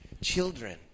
children